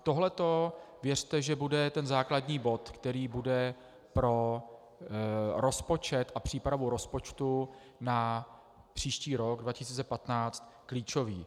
Toto, věřte, bude základní bod, který bude pro rozpočet a přípravu rozpočtu na příští rok, 2015, klíčový.